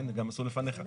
עשו לפניך,